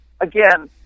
again